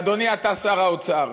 ואדוני, אתה שר האוצר.